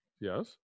yes